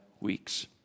weeks